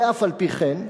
ואף-על-פי-כן,